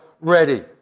ready